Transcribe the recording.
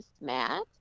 Matt